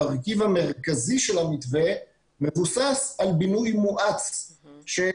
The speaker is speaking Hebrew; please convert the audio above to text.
המרכיב המרכזי של המתווה מבוסס על בינוי מואץ של